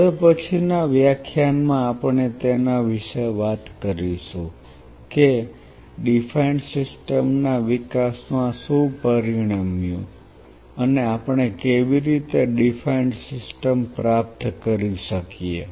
હવે પછીના વ્યાખ્યાન માં આપણે તેના વિશે વાત કરીશું કે ડીફાઈન્ડ સિસ્ટમ ના વિકાસમાં શું પરિણમ્યું અને આપણે કેવી રીતે ડીફાઈન્ડ સિસ્ટમ પ્રાપ્ત કરી શકીએ